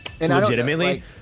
legitimately